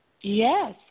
Yes